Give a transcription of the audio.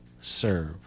serve